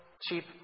cheap